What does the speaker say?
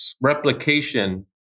replication